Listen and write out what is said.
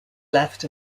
left